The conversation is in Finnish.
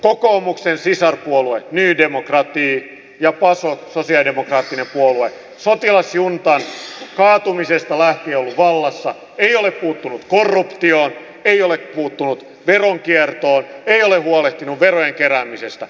kokoomuksen sisarpuolueesta nea dimokratiasta ja pasokista sosialidemokraattisesta puolueesta jotka sotilasjuntan kaatumisesta lähtien ovat olleet vallassa eivät ole puuttuneet korruptioon eivät ole puuttuneet veronkiertoon eivät ole huolehtineet verojen keräämisestä